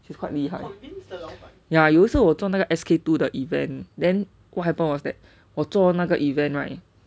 she's quite 厉害 ya 有时候我做那个 S_K two 的 the event then what happened was that 我做那个 event right